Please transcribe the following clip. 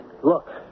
Look